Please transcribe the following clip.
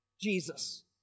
Jesus